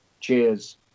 Cheers